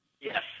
Yes